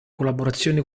collaborazione